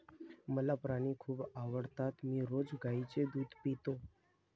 मला प्राणी खूप आवडतात मी रोज गाईचे दूध पितो